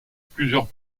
plusieurs